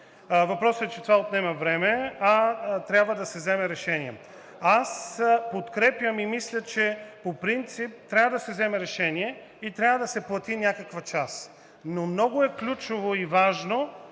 Въпросът е, че това отнема време, а трябва да се вземе решение. Аз го подкрепям и мисля, че по принцип трябва да се вземе решение. Трябва да се плати някаква част, но много е ключово и важно